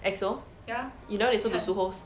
E_X_O you never listen to sue ho